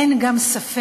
אין גם ספק